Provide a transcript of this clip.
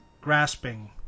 grasping